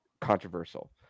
controversial